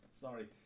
sorry